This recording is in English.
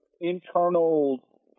internal